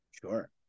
Sure